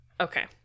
Okay